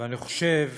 ואני חושב